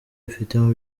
afite